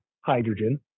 hydrogen